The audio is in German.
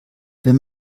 wenn